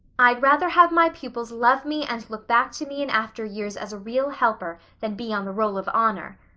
i'd rather have my pupils love me and look back to me in after years as a real helper than be on the roll of honor,